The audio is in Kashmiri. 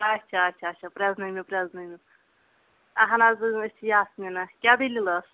اَچھا اَچھا اَچھا پرزٕنٲیمو پرزٕنٲیمو اہن حظ أسۍ چھِ یاسمینا کیاہ دلیل ٲس